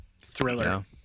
thriller